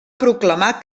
proclamar